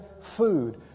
food